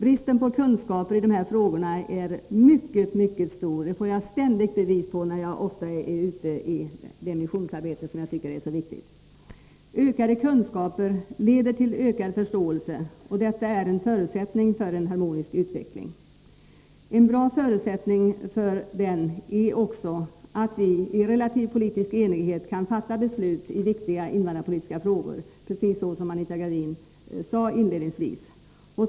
Bristen på kunskaper i dessa frågor är mycket stor, det får jag ständigt bevis på när jag bedriver det missionsarbete som jag tycker är så viktigt. Ökade kunskaper leder till ökad förståelse, och detta är en förutsättning för en harmonisk utveckling. En förutsättning för en sådan är också att vi i relativt stor politisk enighet kan fatta beslut i viktiga invandrarpolitiska frågor, precis som Anita Gradin sade inledningsvis.